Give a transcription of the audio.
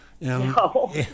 No